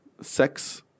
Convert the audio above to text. sex